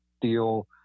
deal